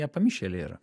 jie pamišėliai yra